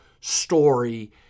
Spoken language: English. story